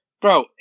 bro